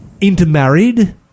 intermarried